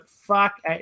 fuck